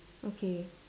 okay